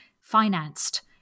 financed